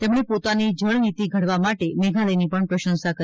તેમણે પોતાની જળ નીતી ઘડવા માટે મેઘાલયની પણ પ્રશંસા કરી